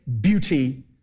beauty